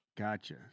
Gotcha